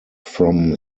from